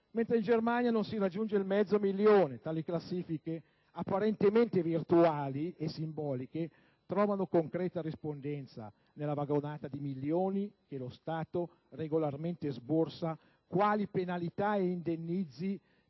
mentre in Germania non si raggiunge il mezzo milione. Tali classifiche, apparentemente virtuali e simboliche, trovano concreta rispondenza nella vagonata di milioni che lo Stato regolarmente sborsa quali penalità e indennizzi